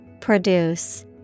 Produce